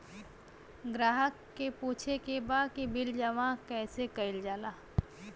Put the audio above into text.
ग्राहक के पूछे के बा की बिल जमा कैसे कईल जाला?